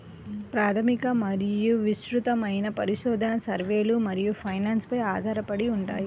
ప్రాథమిక మరియు విస్తృతమైన పరిశోధన, సర్వేలు మరియు ఫైనాన్స్ పై ఆధారపడి ఉంటాయి